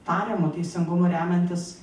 tariamu teisingumu remiantis